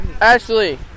Ashley